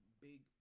big